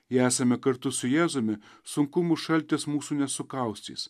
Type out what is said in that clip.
jei esame kartu su jėzumi sunkumų šaltis mūsų nesukaustys